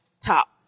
top